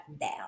down